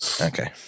Okay